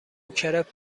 کرپ